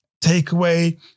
takeaway